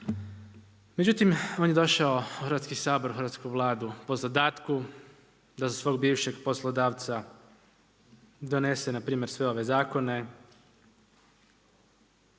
Međutim, on je došao u Hrvatski sabor, u hrvatsku Vladu, po zadatku da za svojeg bivšeg poslodavca donese npr. donese sve ove zakone,